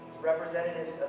representatives